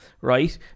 right